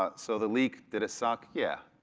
ah so the leak did it suck yeah,